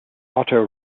otto